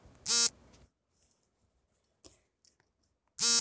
ರಸಗೊಬ್ಬರಗಳನ್ನು ಯಾವುದರಿಂದ ತಯಾರಿಸಲಾಗುತ್ತದೆ?